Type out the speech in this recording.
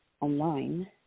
online